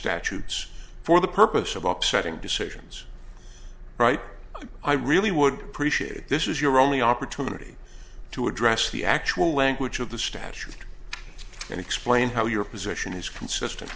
statutes for the purpose of upsetting decisions right i really would appreciate it this is your only opportunity to address the actual language of the statute and explain how your position is consistent